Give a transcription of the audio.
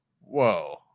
whoa